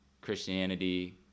Christianity